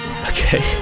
Okay